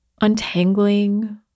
untangling